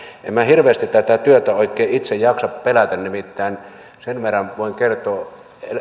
en minä hirveästi tätä työtä oikein itse jaksa pelätä nimittäin sen verran voin kertoa